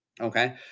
Okay